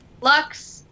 Lux